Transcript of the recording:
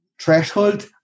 threshold